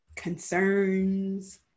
concerns